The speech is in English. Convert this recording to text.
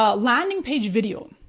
ah landing page video?